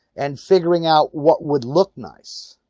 and figuring out what would look nice.